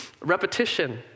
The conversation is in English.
repetition